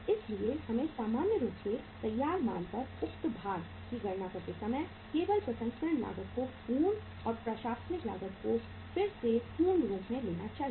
इसलिए हमें सामान्य रूप से तैयार माल पर उक्त भार की गणना करते समय हमें केवल प्रसंस्करण लागत को पूर्ण और प्रशासनिक लागत को फिर से पूर्ण रूप में लेना चाहिए